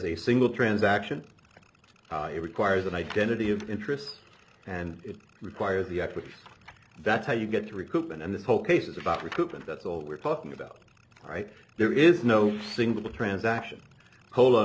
a single transaction how it requires an identity of interest and it requires the act which that's how you get to recoup and this whole case is about recoup and that's all we're talking about right there is no single transaction kol